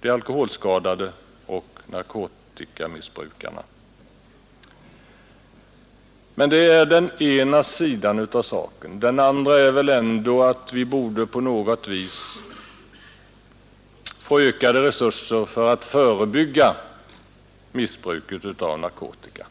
de alkoholskadade och narkotikamissbrukarna. Det är den ena sidan av saken. Den andra är att vi på något vis ändå borde få ökade resurser för att förebygga missbruket av narkotika.